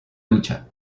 lucha